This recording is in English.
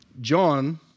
John